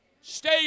Stay